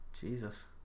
Jesus